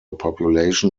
population